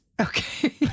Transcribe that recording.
Okay